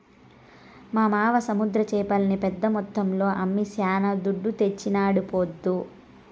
మా మావ సముద్ర చేపల్ని పెద్ద మొత్తంలో అమ్మి శానా దుడ్డు తెచ్చినాడీపొద్దు